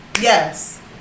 Yes